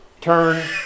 Turn